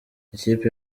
ikipe